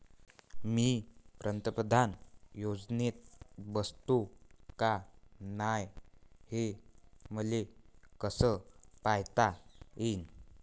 मी पंतप्रधान योजनेत बसतो का नाय, हे मले कस पायता येईन?